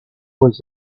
was